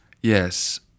Yes